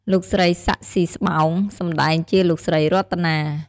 លោកស្រី សាក់ ស៊ីស្បោង សម្តែងជា លោកស្រីរតនា។